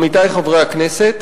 עמיתי חברי הכנסת,